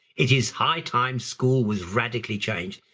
it is high time school was radically changed.